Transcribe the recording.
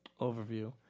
Overview